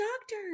doctor